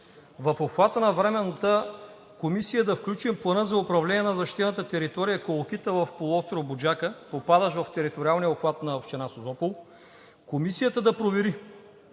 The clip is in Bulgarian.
В обхвата на Временната комисия да включим Плана за управление на защитената територия „Колокита“ в полуостров Буджака, попадащ в териториалния обхват на община Созопол. Комисията да провери